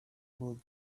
will